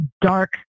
dark